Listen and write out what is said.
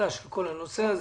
מחדש על כל הנושא הזה.